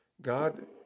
God